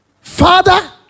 Father